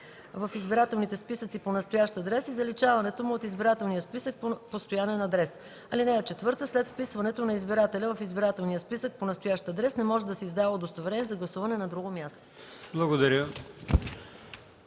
в избирателните списъци по настоящ адрес и заличаването му от избирателния списък по постоянен адрес. (4) След вписването на избирателя в избирателния списък по настоящ адрес не може да му се издава удостоверение за гласуване на друго място.”